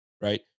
right